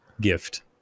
gift